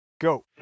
go